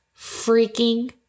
freaking